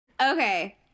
Okay